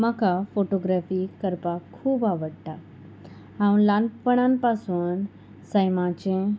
म्हाका फोटोग्राफी करपाक खूब आवडटा हांव ल्हानपणान पासून सैमाचें